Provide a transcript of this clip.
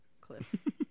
Cliff